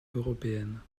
européennes